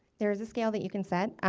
there is a scale that you can set.